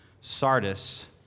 Sardis